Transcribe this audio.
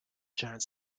giant